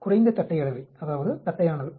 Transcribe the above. குறைந்த தட்டை அளவை அதாவது தட்டையானது